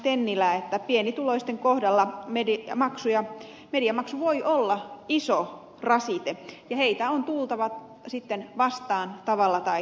tennilä että pienituloisten kohdalla mediamaksu voi olla iso rasite ja heitä on tultava sitten vastaan tavalla tai